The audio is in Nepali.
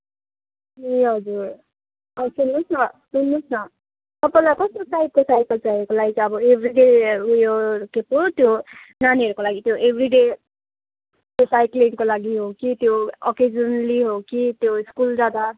ए हजुर अँ सुन्नुहोस् न सुन्नुहोस् न तपाईँलाई कस्तो टाइपको साइकल चाहिएको लाइक अब एभरिडे ऊ यो के पो त्यो नानीहरूको लागि त्यो एभरिडे साइक्लिङको लागि हो कि त्यो ओकेजनेली हो कि त्यो स्कुल जाँदा